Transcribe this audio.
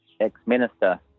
ex-minister